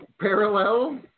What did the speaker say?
parallel